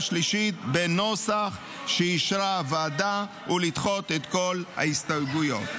שלישית בנוסח שאישרה הוועדה ולדחות את כל ההסתייגויות.